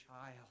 child